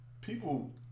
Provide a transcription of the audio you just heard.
People